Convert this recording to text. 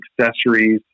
accessories